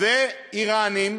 ואיראנים